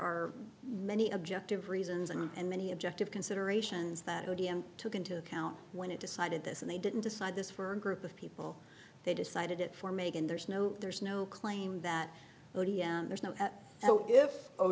are many objective reasons and many objective considerations that took into account when it decided this and they didn't decide this for a group of people they decided it for megan there's no there's no claim that there's no